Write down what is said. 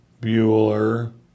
Bueller